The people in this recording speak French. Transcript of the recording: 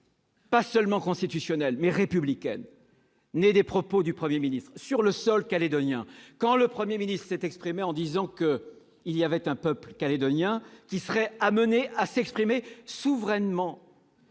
pas seulement constitutionnelle, mais républicaine, née des propos du Premier ministre sur le sol calédonien ! Quand le Premier ministre dit qu'il y a un « peuple calédonien » amené à s'exprimer « souverainement